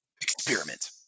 experiment